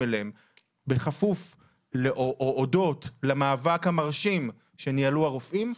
אליהם בכפוף או הודות למאבק המרשים שניהלו הרופאים,